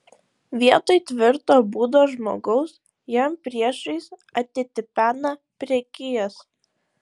vietoj tvirto būdo žmogaus jam priešais atitipena prekijas